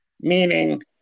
meaning